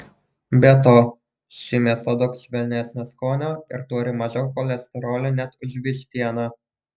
be to ši mėsa daug švelnesnio skonio ir turi mažiau cholesterolio net už vištieną